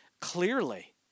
clearly